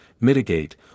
mitigate